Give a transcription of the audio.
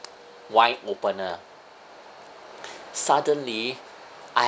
wine opener suddenly I